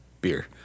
beer